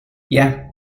yeah